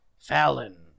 Fallon